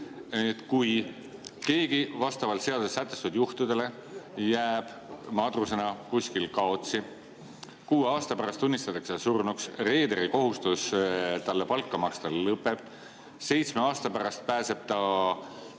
kui keegi vastavalt seaduses sätestatud juhtudele jääb madrusena kuskil kaotsi, kuue [kuu] pärast tunnistatakse ta surnuks, reederi kohustus talle palka maksta lõpeb, seitsme aasta pärast pääseb ta,